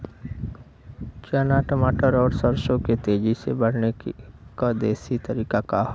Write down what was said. चना मटर और सरसों के तेजी से बढ़ने क देशी तरीका का ह?